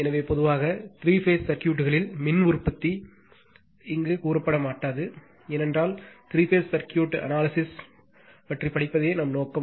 எனவே பொதுவாக three phase சர்க்யூட்களில் மின் உற்பத்தி இங்கு கூறப்பட மாட்டாது ஏனென்றால் த்ரீ பேஸ் சர்க்யூட் அனாலிசிஸ் படிப்பதே நம் நோக்கம்